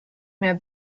mehr